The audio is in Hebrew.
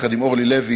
יחד עם אורלי לוי,